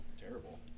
terrible